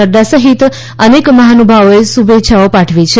નક્રા સહિત અનેક મહાનુભાવોએ શુભેચ્છાઓ પાઠવી છે